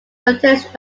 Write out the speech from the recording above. contains